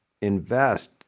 invest